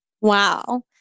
Wow